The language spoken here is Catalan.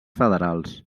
federals